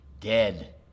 dead